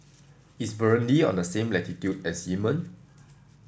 is Burundi on the same latitude as Yemen